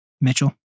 Mitchell